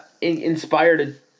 inspired